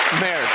Mayor